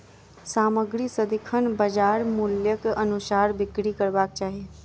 सामग्री सदिखन बजार मूल्यक अनुसार बिक्री करबाक चाही